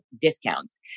discounts